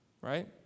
Right